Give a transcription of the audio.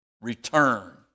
return